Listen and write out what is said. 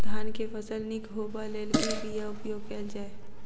धान केँ फसल निक होब लेल केँ बीया उपयोग कैल जाय?